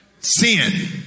sin